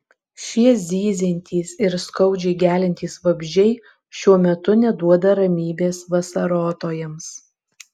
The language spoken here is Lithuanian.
šie zyziantys ir skaudžiai geliantys vabzdžiai šiuo metu neduoda ramybės vasarotojams